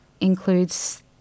includes